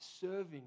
serving